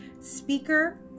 speaker